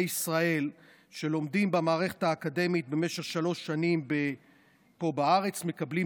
ישראל שלומדים במערכת האקדמית במשך שלוש שנים פה בארץ מקבלים